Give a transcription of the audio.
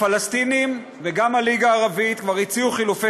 הפלסטינים וגם הליגה הערבית כבר הציעו חילופי